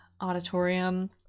auditorium